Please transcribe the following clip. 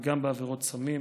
גם עבירות סמים,